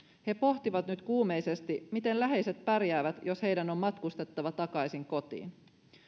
he pohtivat nyt kuumeisesti miten läheiset pärjäävät jos heidän on matkustettava takaisin kotiin